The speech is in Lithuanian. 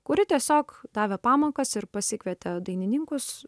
kuri tiesiog davė pamokas ir pasikvietė dainininkus